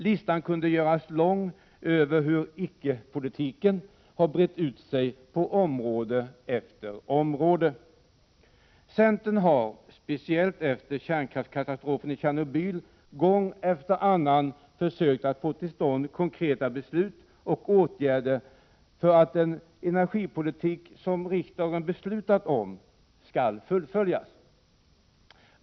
Listan kunde göras lång över hur icke-politiken har brett ut sig på område efter område. Centern har, speciellt efter kärnkraftskatastrofen i Tjernobyl, gång efter annan försökt att få till stånd konkreta beslut och åtgärder för att den energipolitik som riksdagen beslutat om skall fullföljas.